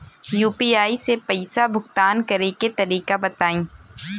UPI से पईसा भुगतान करे के तरीका बताई?